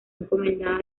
encomendada